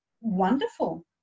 wonderful